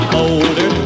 older